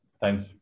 Thanks